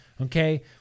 okay